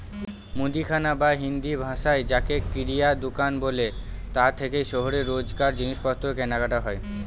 মুদিখানা বা হিন্দিভাষায় যাকে কিরায়া দুকান বলে তা থেকেই শহরে রোজকার জিনিসপত্র কেনাকাটা হয়